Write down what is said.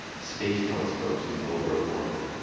space telescopes in low-earth orbit.